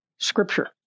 Scripture